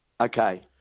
Okay